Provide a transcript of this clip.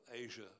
Asia